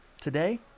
Today